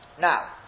Now